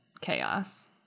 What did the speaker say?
chaos